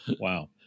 Wow